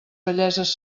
belleses